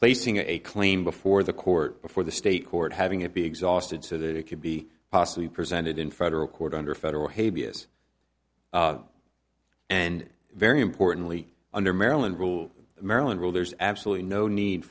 placing a claim before the court before the state court having it be exhausted so that it could be possibly presented in federal court under federal hate b s and very importantly under maryland rule maryland rule there's absolutely no need